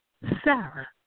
Sarah